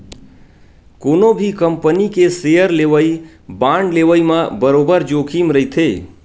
कोनो भी कंपनी के सेयर लेवई, बांड लेवई म बरोबर जोखिम रहिथे